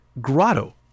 Grotto